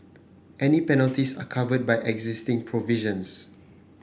any penalties are covered by existing provisions